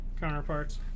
counterparts